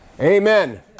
Amen